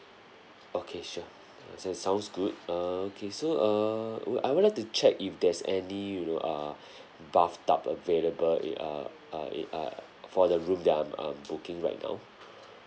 okay sure that sounds good err okay so err would I would like to check if there's any you know uh bathtub available a uh uh it uh for the room that I'm I'm booking right now